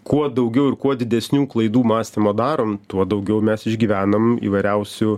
kuo daugiau ir kuo didesnių klaidų mąstymo darom tuo daugiau mes išgyvenam įvairiausių